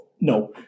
No